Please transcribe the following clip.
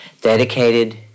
dedicated